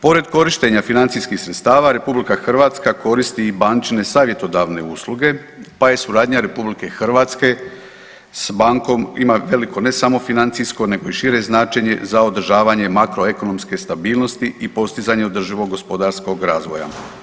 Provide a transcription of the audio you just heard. Pored korištenja financijskih sredstava RH koristi i banične savjetodavne usluge pa je suradnja RH s bankom ima veliko ne samo financijsko nego i šire značenje za održavanje makroekonomske stabilnosti i postizanje održivog gospodarskog razvoja.